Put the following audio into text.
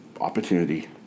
opportunity